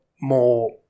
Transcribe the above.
more